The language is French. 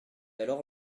alors